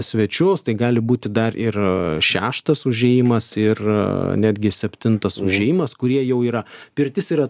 svečius tai gali būti dar ir šeštas užėjimas ir netgi septintas užėjimas kurie jau yra pirtis yra